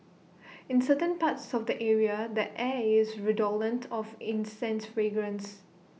in certain parts of the area the air is redolent of incense fragrance